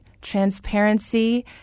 transparency